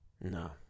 No